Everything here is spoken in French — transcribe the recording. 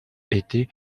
était